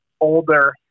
older